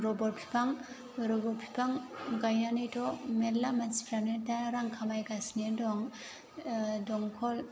rubber फिफां rubber फिफां गायनानैथ' मेरला मानसिफ्रानो दा रां खामायगासिनो दं दंखल